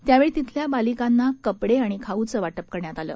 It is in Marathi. यावेळी तिथल्या बालिकांना कपडे आणि खाऊचं वाटप करण्यात आलं